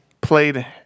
played